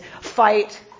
fight